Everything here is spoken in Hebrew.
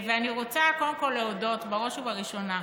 ואני רוצה קודם כול להודות, בראש ובראשונה,